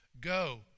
Go